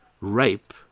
rape